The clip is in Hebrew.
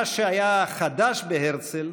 מה שהיה חדש בהרצל,